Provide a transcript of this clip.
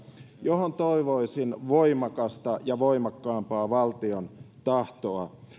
johon toivoisin voimakasta ja voimakkaampaa valtion tahtoa